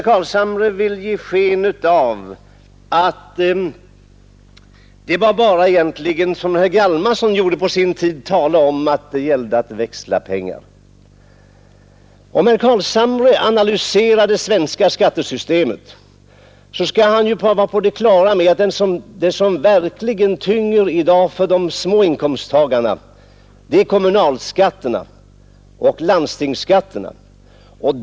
Han vill ge sken av att det bara gällde att växla pengar, som herr Hjalmarson på sin tid talade om. Om herr Carlshamre analyserar det svenska skattesystemet blir han på det klara med att det som verkligen tynger i dag för de små inkomsttagarna är kommunalskatterna och landstingsskatterna.